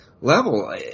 level